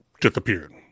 disappeared